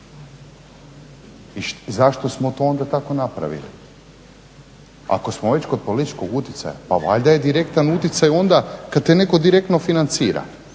I zašto smo to onda tako napravili? Ako smo već kod političkog utjecaja pa valjda je direktan utjecaj onda kada te netko direktno financira